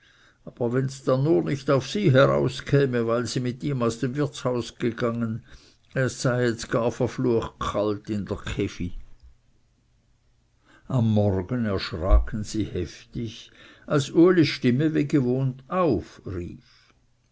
aber wenns dann nur nicht auf sie herauskäme weil sie mit ihm aus dem wirtshaus gegangen es sei jetzt gar verflucht kalt i dr kefi am morgen erschraken sie heftig als ulis stimme wie gewohnt aufrief